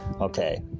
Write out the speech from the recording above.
Okay